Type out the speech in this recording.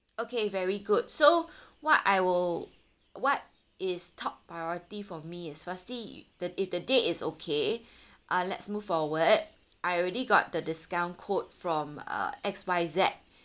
okay very good so what I will what is top priority for me is firstly if the date is okay uh let's move forward I already got the discount code from uh X Y Z